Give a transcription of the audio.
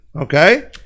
okay